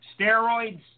Steroids